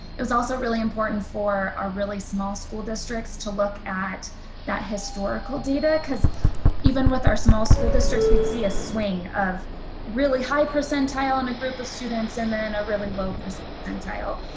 it was also really important for our really small school districts to look at that historical data, because even with our small school districts we'd see a swing of really high percentile in a group of students. and then a really low percentile.